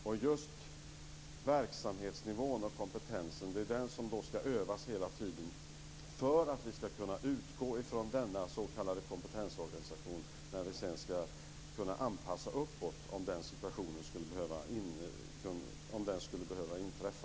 Det är just verksamhetsnivån och kompetensen som skall övas hela tiden för att vi skall kunna utgå från denna s.k. kompetensorganisation när det blir aktuellt att anpassa uppåt, om den situationen skulle behöva inträffa.